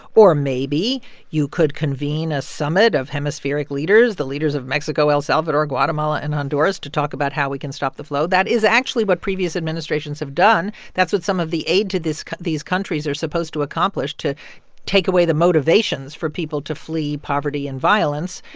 or maybe you could convene a summit of hemispheric leaders the leaders of mexico, el salvador, guatemala and honduras to talk about how we can stop the flow. that is actually what previous administrations have done. that's what some of the aid to these countries are supposed to accomplish to take away the motivations for people to flee poverty and violence.